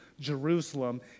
Jerusalem